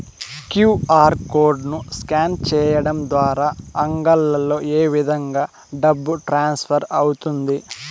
QR code ను scan సేయడం ద్వారా అంగడ్లలో ఏ విధంగా డబ్బు ట్రాన్స్ఫర్ అవుతుంది